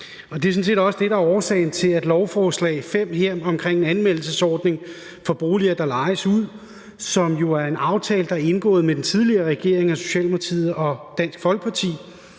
set også det, der er årsagen til lovforslag nr. L 5 her om en anmeldelsesordning for boliger, der lejes ud. Det er jo en aftale, der er indgået mellem den tidligere regering, Socialdemokratiet og Dansk Folkeparti,